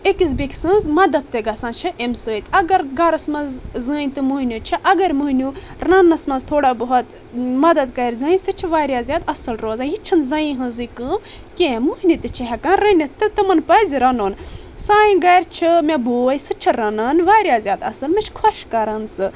أکِس بیٚکہِ سٕنٛز مدَتھ تہِ گژھان چھ امہِ سۭتۍ اگر گرَس منٛز زٔنۍ تہٕ موٚہنیوٗ چھٕ اگر موٚہنیوٗ رنٕنَس منٛز تھوڑا بہت مدد کرِ زَنۍ سہ چھ واریاہ زیادٕ اصٕل روزان یہِ چھُ زنہِ ہنٛزٕے کٲم کیٚنٛہہ موٚہنی تہِ چھ ہیکان رٔنِتھ تہٕ تِمَن پزِ رنُن سانہِ گرِ چھ مےٚ بوے سُہ چھُ رنان واریاہ زیادٕ اصٕل مےٚ چھُ خۄش کران سہ